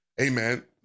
Amen